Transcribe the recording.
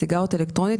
סיגריות אלקטרוניות?